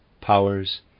powers